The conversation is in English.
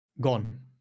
gone